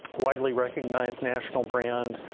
widely recognized national brand.